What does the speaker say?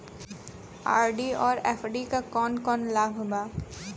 RD और FD क कौन कौन लाभ बा?